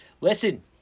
Listen